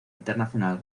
internacional